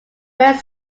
red